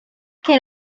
che